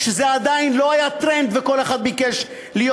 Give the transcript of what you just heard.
כשזה עדיין לא היה טרנד וכל אחד ביקש להיות,